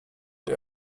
der